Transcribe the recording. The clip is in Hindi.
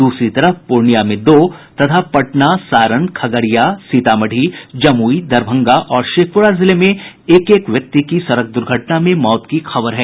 दूसरी तरफ पूर्णियां में दो तथा पटना सारण खगड़िया सीतामढ़ी जमुई दरभंगा और शेखपुरा जिले में एक एक व्यक्ति की सड़क दुर्घटना में मौत की खबर है